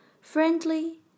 friendly